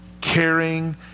caring